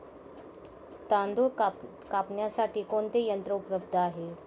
तांदूळ कापण्यासाठी कोणते यंत्र उपलब्ध आहे?